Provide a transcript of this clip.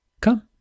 come